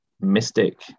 mystic